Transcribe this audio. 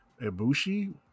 Ibushi